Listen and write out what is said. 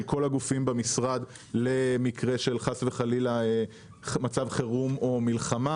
כל הגופים במשרד למקרה של מצב חירום או מלחמה,